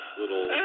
little